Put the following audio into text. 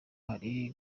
hari